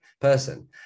person